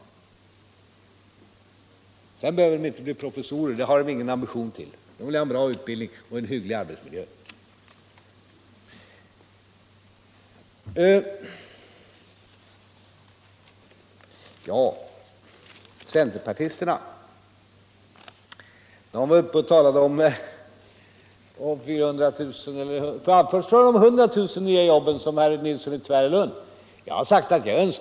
Sedan behöver de som det gäller inte bli professorer — det har de inga ambitioner till. Människorna vill ha en bra utbildning och en hygglig arbetsmiljö. Centerpartisterna har i debatten talat om 400 000 nya jobb, men de började — det gjorde t.ex. herr Nilsson i Tvärålund — med att kräva 100 000 nya jobb.